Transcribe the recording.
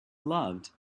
loved